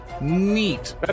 Neat